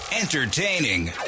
Entertaining